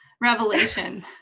revelation